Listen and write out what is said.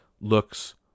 looks